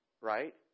right